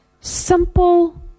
simple